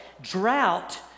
drought